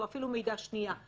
או אפילו מעידה שנייה,